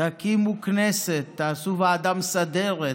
תקימו כנסת, תעשו ועדה מסדרת,